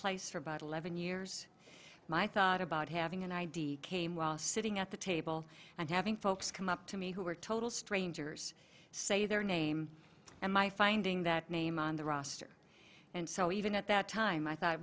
place for about eleven years my thought about having an id came while sitting at the table and having folks come up to me who were total strangers say their name and my finding that name on the roster and so even at that time i thought